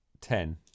Ten